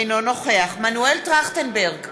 אינו נוכח מנואל טרכטנברג,